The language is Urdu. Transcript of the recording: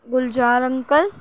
گلزار انکل